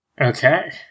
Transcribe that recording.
Okay